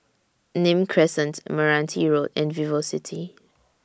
Nim Crescent Meranti Road and Vivocity